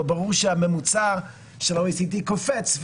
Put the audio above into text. וברור שהממוצע של ה-OECD קופץ,